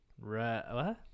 right